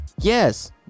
yes